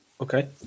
okay